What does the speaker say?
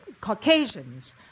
Caucasians